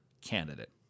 candidate